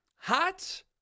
Hot